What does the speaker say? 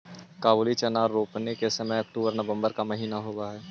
काबुली चना रोपने का समय अक्टूबर नवंबर का महीना होवअ हई